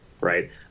right